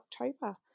October